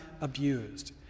abused